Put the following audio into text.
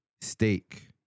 steak